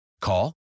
Call